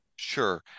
Sure